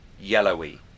yellowy